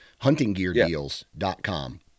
Huntinggeardeals.com